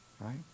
right